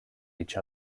each